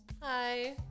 Hi